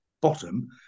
Bottom